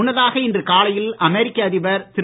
முன்னதாக இன்று காலையில் அமெரிக்க அதிபர் திரு